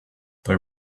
they